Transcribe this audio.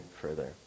further